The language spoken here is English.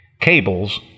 Cables